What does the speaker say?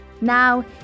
Now